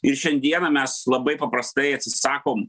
ir šiandieną mes labai paprastai atsisakom